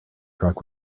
truck